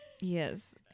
Yes